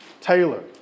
Taylor